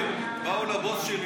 באו לבוס שלי